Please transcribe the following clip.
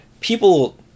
people